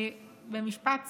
אני במשפט סיום.